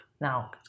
now